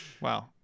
Wow